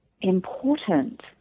important